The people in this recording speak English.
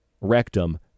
rectum